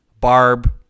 Barb